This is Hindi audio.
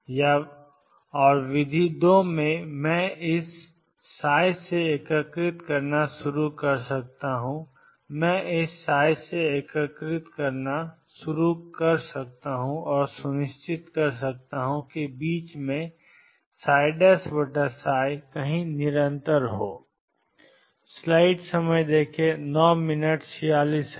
या विधि दो मैं इस से एकीकृत करना शुरू कर सकता हूं मैं इस से एकीकृत करना शुरू कर सकता हूं और सुनिश्चित कर सकता हूं कि बीच में कहीं निरंतर है